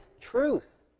truth